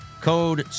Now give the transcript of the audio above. Code